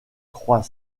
trois